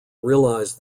realize